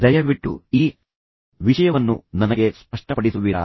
ದಯವಿಟ್ಟು ಈ ವಿಷಯವನ್ನು ನನಗೆ ಸ್ಪಷ್ಟಪಡಿಸುವಿರಾ